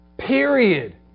Period